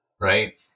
Right